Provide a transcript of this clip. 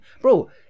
Bro